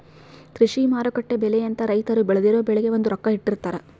ಕೃಷಿ ಮಾರುಕಟ್ಟೆ ಬೆಲೆ ಅಂತ ರೈತರು ಬೆಳ್ದಿರೊ ಬೆಳೆಗೆ ಒಂದು ರೊಕ್ಕ ಇಟ್ಟಿರ್ತಾರ